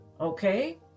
okay